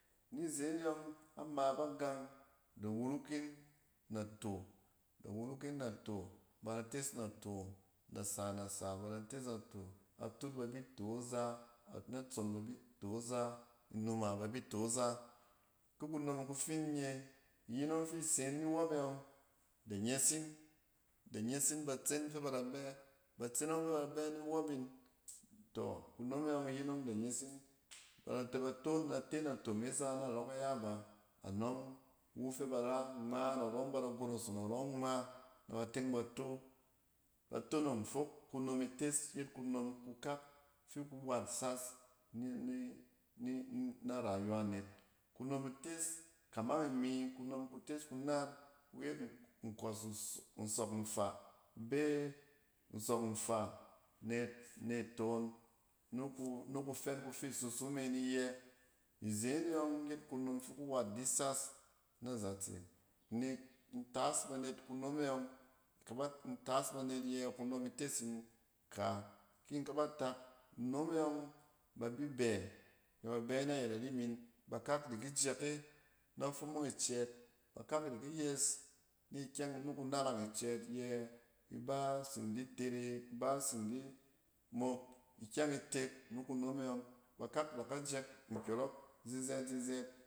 Ni zen e yↄng na ma ba gang, da wuruk nato, da wuruk yin nato bada tes nato nasa-nasa ba da tes nato atut ba bi to za natson ba bi to za, a numa ba bi to za. Ki kunom ku fiin nye, iyin ↄng fi sen ni wↄpe ↄng da nyɛs yin, da nyɛs batsen fɛ ba da bɛ. Ba tsen ↄng fɛ ba da bɛ niwↄp yin, tↄ kunom e yↄng iyin ↄng da nyɛs yin ba da tɛ ba to n ate nato me za narↄ kaya ba. A nↄng eu fɛ bar a, ngma narↄng ba da goroso narↄng ngma na ba teng ba to. Ba tonong fok kunom ites yet kunom kukak fi ku wat sas ni-ni-ni-na rayuwa net. Kunom ites, kamang imi, kunom kutes kunan, ku nkↄs nsↄk nfaa be nsↄk nfaa ne-ne toon ni ku-ni kufɛn kufi susu me ni yɛ. Izen e yↄng yet kunom fi ku wat di sas na zatse. Nek in tas banet kunom e yↄng k aba-intas banet yɛ kunom ites in ka kin kaba tak nnom e yↄng, ba bi bɛ, nɛ ba bɛ na yet ari min. Bakak da ki jɛk e na fumung icɛɛt, bakak di ki yes ni kyɛng ni kunarang icɛɛt yɛ iba tsin di tere, bat sin di mok ikyɛng itek ni kunom e yↄng. Bakak da ka jɛk nkyↄrↄk zizɛt-zizɛt.